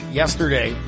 yesterday